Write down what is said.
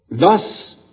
Thus